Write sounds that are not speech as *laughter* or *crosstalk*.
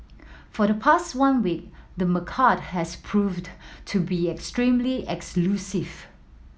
for the past one week the *unintelligible* has proved to be extremely elusive